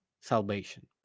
salvation